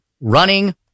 running